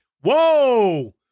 Whoa